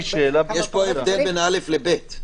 יש הבדל בין (א) ל-(ב).